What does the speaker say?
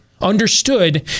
understood